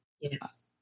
Yes